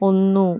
ഒന്നു